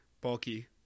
bulky